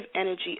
energy